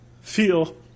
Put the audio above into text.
feel